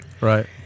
Right